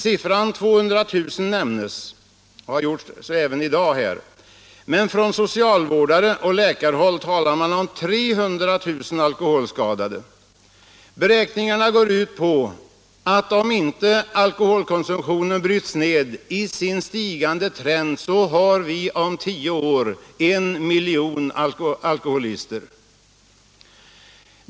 Siffran 200 000 nämns — och så har gjorts även i dag — men från socialvårdare och läkarhåll talar man om 300 000 alkoholskadade. Beräkningarna går ut på att om inte alkoholkonsumtionen bryts ned i sin stigande trend, så har vi om tio år en miljon alkoholister.